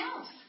else